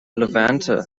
levanter